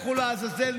לכו לעזאזל,